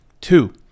two